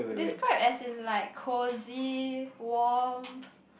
describe as in like cosy warm